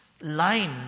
line